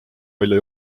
välja